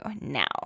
now